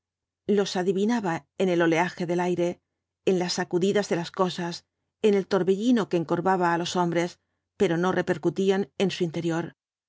los adivinaba en el oleaje del aire en las sacudidas de las cosas en el torbellino que encorvaba á los hombres pero no repercutían en su interior